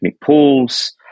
pools